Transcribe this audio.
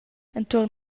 entuorn